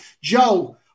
joe